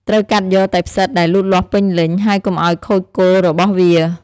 ត្រូវកាត់យកតែផ្សិតដែលលូតលាស់ពេញលេញ ហើយកុំឲ្យខូចគល់របស់វា។